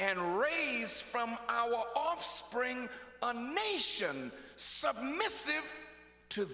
and raise from our offspring and nation submissive to